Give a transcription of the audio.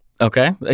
Okay